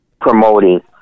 promoting